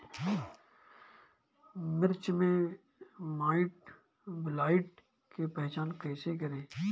मिर्च मे माईटब्लाइट के पहचान कैसे करे?